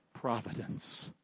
Providence